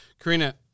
karina